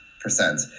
percent